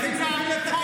זו באמת בושה של חוק.